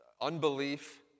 unbelief